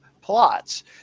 plots